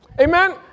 Amen